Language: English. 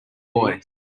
boy